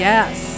Yes